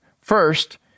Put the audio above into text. First